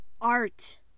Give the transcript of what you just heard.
Art